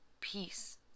peace